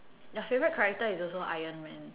your favourite character is also iron man